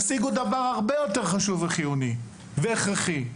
אתם תשיגו דבר הרבה יותר חשוב, הכרחי וחיוני,